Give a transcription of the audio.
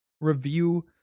review